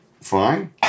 fine